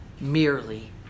merely